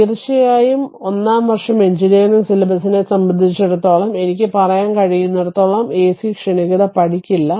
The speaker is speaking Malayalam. തീർച്ചയായും ഒന്നാം വർഷ എഞ്ചിനീയറിംഗ് സിലബസിനെ സംബന്ധിച്ചിടത്തോളം എനിക്ക് പറയാൻ കഴിയുന്നിടത്തോളം എസി ക്ഷണികത പഠിക്കില്ല